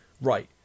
right